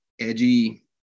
edgy